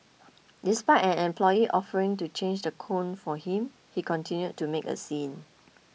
despite an employee offering to change the cone for him he continued to make a scene